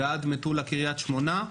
ועד מטולה קריית שמונה.